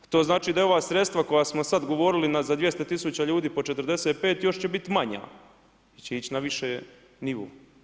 To znači da i ova sredstva koja smo sada govorili za 200 tisuća ljudi po 45 još će biti manja jer će ići na viši nivo.